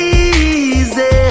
easy